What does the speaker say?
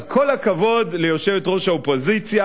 אז כל הכבוד ליושבת-ראש האופוזיציה.